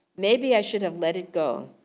maybe i should have let it go,